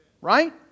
Right